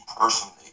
personally